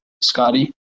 scotty